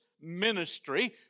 ministry